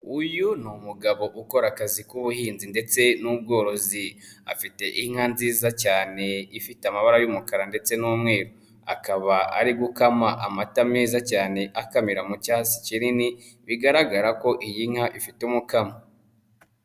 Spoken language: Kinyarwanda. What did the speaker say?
Uyu ni umugabo ukora akazi k'ubuhinzi ndetse n'ubworozi afite inka nziza cyane ifite amabara y'umukara ndetse n'umweru, akaba ari gukama amata meza cyane akamira mu cyatsi kinini bigaragara ko iyi nka ifite umukamo.